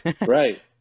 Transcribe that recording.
Right